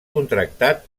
contractat